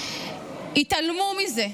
והתעלמו מזה.